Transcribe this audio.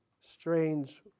strange